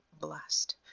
blessed